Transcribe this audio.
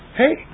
hey